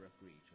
agreed